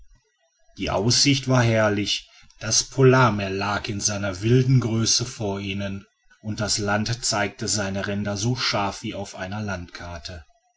die aussicht war herrlich das polarmeer lag in seiner wilden größe vor ihnen und das land zeigte seine ränder so scharf wie auf einer landkarte